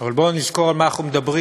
אבל בואו נזכור על מה אנחנו מדברים.